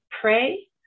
pray